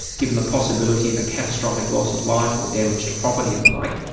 given the possibility of a catastrophic loss of life, or damage to property and the like,